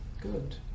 Good